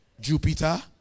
Jupiter